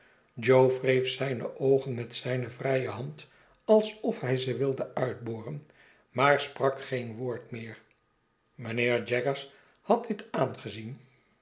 wreef zijne oogen met zijne vrije hand alsof hij ze wilde uitboren maar sprakgeen woord meer mijnheer jaggers had dit aangezien